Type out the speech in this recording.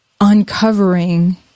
uncovering